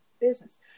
business